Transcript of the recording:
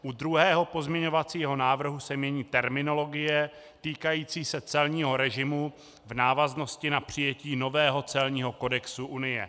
U druhého pozměňovacího návrhu se mění terminologie týkající se celního režimu v návaznosti na přijetí nového celního kodexu Unie.